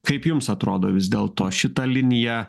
kaip jums atrodo vis dėl to šita linija